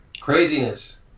Craziness